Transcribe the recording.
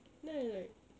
then I like